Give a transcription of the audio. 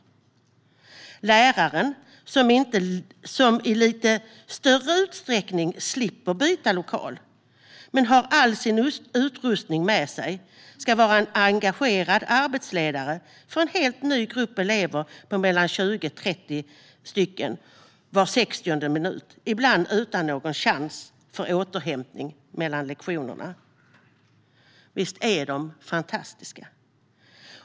Av läraren, som i lite större utsträckning slipper byta lokal men har all sin utrustning med sig och ska vara en engagerad arbetsledare för en helt ny grupp på mellan 20 och 30 elever var 60:e minut, ibland utan någon chans till återhämtning mellan lektionerna. Visst är de fantastiska?